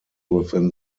within